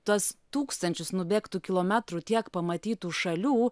tuos tūkstančius nubėgtų kilometrų tiek pamatytų šalių